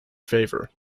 favor